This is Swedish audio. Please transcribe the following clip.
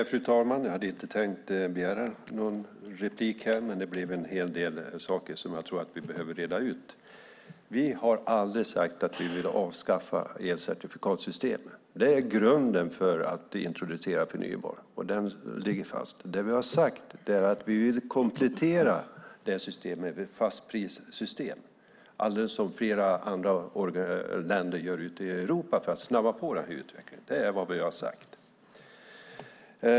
Fru talman! Jag hade inte tänkt begära replik men det sades en hel del saker som jag tror att vi behöver reda ut. Vi har aldrig sagt att vi vill avskaffa elcertifikatssystemet. Det är grunden för att introducera förnybar energi. Det ligger fast. Vi har sagt att vi vill komplettera det med ett fastprissystem, precis som flera andra länder i Europa, för att snabba på utvecklingen. Det är vad vi har sagt.